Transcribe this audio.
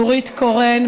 נורית קורן,